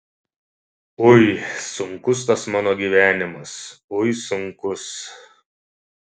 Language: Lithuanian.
ui sunkus tas mano gyvenimas ui sunkus